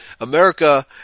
America